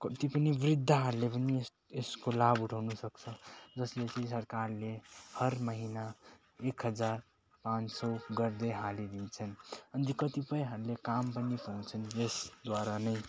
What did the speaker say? कति पनि वृद्धहरूले पनि यस यसको लाभ उठाउन सक्छ जसले चाहिँ सरकारले हर महिना एक हजार पाँच सय गर्दै हालिदिन्छन् अनि कतिपयहरूले काम पनि पाउँछन् यसद्वारा नै